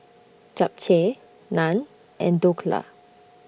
Japchae Naan and Dhokla